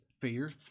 Fear